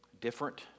different